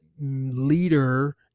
leader